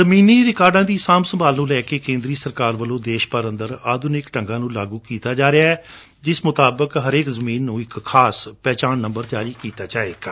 ਜ਼ਮੀਨੀ ਰਿਕਾਰਡਾਂ ਦੀ ਸਾਂਭ ਸੰਭਾਲ ਨੂੰ ਲੈ ਕੇ ਕੇਂਦਰੀ ਸਰਕਾਰ ਵੱਲੋਂ ਦੇਸ਼ ਭਰ ਅੰਦਰ ਆਧੁਨਿਕ ਢੰਗਾਂ ਨੂੰ ਲਾਗੁ ਕੀਤਾ ਜਾ ਰਿਹੈ ਜਿਸ ਮਤਾਬਕ ਹਰੇਕ ਜੁਮੀਨ ਨੰ ਇਕ ਪਹਿਚਾਣ ਨੰਬਰ ਜਾਰੀ ਕੀਤਾ ਜਾਵੇਗਾ